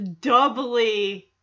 doubly